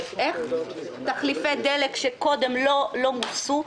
תחליפי דלק שקודם לא מוסו.